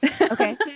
Okay